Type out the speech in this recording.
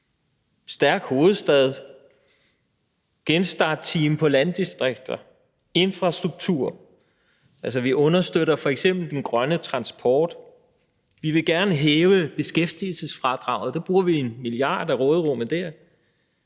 stærk hovedstad, genstartteam for landdistrikter, infrastruktur. Vi understøtter f.eks. den grønne transport. Vi vil gerne hæve beskæftigelsesfradraget, dér bruger vi 1 mia. kr. af råderummet.